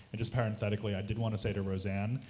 and just parenthetically, i did want to say to roseanne,